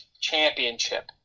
Championship